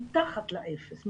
מתחת לאפס.